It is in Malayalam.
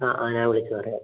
ആ ആ ഞാൻ വിളിച്ച് പറയാം